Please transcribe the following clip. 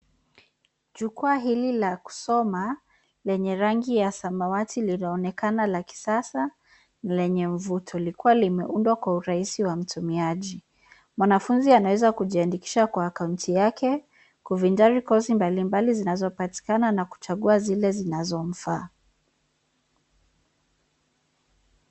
Jukwaa hili la kusoma, lenye rangi ya samawati linaonekana la kisasa, lenye mvuto, lilikuwa limeundwa kwa urahisi wa mtumiaji. Mwanafunzi anaweza kujiandikisha kwa akaunti yake, kuvinjari kozi mbalimbali zinazopatikana na kuchagua zile zinazomfaa.